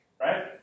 Right